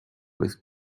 with